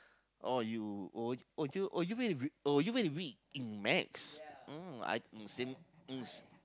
oh you oh oh you oh you oh you very weak in maths oh same